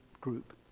group